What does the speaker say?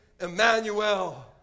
Emmanuel